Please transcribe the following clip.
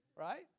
Right